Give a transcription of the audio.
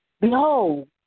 Behold